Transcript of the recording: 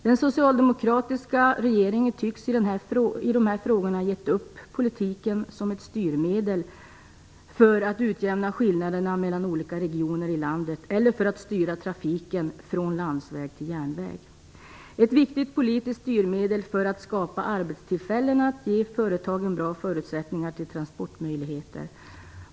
Den socialdemokratiska regeringen tycks i dessa frågor ha gett upp politiken som ett styrmedel för att utjämna skillnaderna mellan olika regioner i landet eller för att styra trafiken från landsväg till järnväg, som ett viktigt politiskt styrmedel för att skapa arbetstillfällen och ge företag bra förutsättningar för transportmöjligheter.